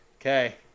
Okay